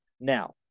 Now